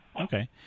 Okay